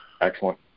Excellent